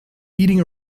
beating